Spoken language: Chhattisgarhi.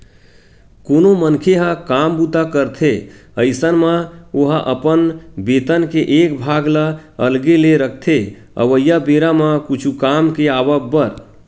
कोनो मनखे ह काम बूता करथे अइसन म ओहा अपन बेतन के एक भाग ल अलगे ले रखथे अवइया बेरा म कुछु काम के आवब बर